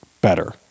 better